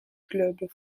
globe